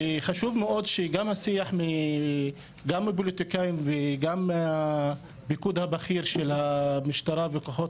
חשוב מאוד שהשיח גם מפוליטיקאים וגם מהפיקוד הבכיר של המשטרה וכוחות